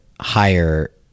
higher